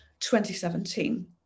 2017